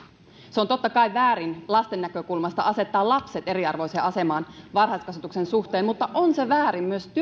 on totta kai väärin lasten näkökulmasta asettaa lapset eriarvoiseen asemaan varhaiskasvatuksen suhteen mutta on se väärin